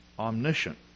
omniscient